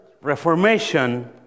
Reformation